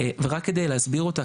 ורק כדי להסביר אותה,